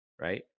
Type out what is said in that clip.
Right